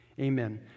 Amen